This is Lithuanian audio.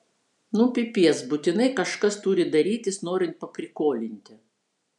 nu pipiec būtinai kažkas turi darytis norint paprikolinti